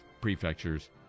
prefectures